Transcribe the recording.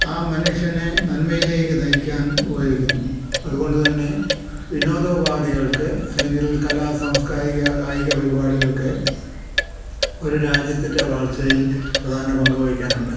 ആ മനുഷ്യനെ നന്മയിലേക്ക് നയിക്കാൻ ഉപകരിക്കുന്നു അത്കൊണ്ട് തന്നെ വിനോദോപാധികൾക്ക് അല്ലെങ്കിൽ കലാ സാംസ്കാരിക കായിക പരിപാടികൾക്ക് ഒരു രാജ്യത്തിൻ്റെ വളർച്ചയിൽ പ്രധാന പങ്ക് വഹിക്കാനുണ്ട്